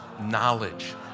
knowledge